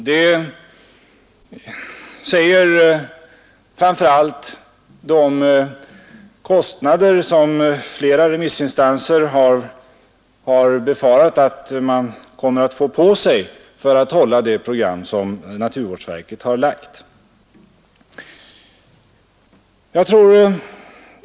Framför allt blir det nödvändigt på grund av de prisstegringar som flera remissinstanser befarar kommer att följa genom bristen på lågsvavlig olja.